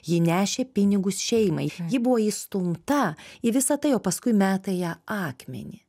ji nešė pinigus šeimai ji buvo įstumta į visą tai o paskui meta į ją akmenį